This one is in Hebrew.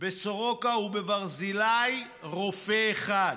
בסורוקה ובברזילי, רופא אחד,